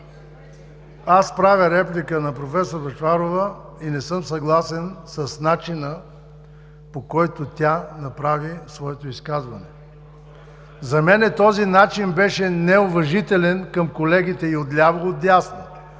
аз правя реплика на професор Бъчварова и не съм съгласен с начина, по който тя направи своето изказване. За мен този начин беше неуважителен към колегите и от ляво, и от дясно.